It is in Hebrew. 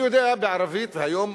אני יודע בערבית, והיום